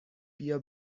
بیا